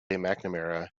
mcnamara